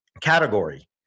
category